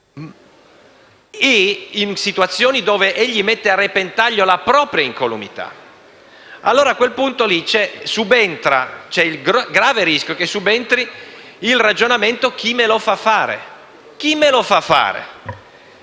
e in situazioni dove mette a repentaglio la propria incolumità. A quel punto c'è il grave rischio che subentri il ragionamento su chi glielo faccia fare. Chi glielo fa fare